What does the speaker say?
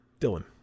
Dylan